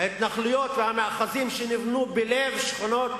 בהתנחלויות ובמאחזים שנבנו בלב שכונות